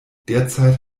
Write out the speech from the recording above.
derzeit